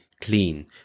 clean